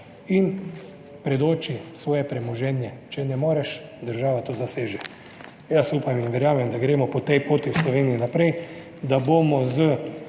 in predoči svoje premoženje. Če ne moreš, država to zaseže. Jaz upam in verjamem, da gremo po tej poti v Sloveniji naprej, da bomo z